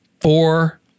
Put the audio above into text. four